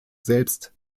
selbst